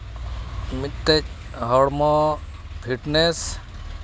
ᱢᱤᱫᱴᱮᱡ ᱦᱚᱲᱢᱚ ᱯᱷᱤᱴᱱᱮ ᱥ